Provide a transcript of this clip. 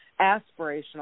aspirational